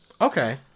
Okay